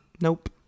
nope